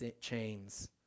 chains